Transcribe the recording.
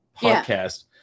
podcast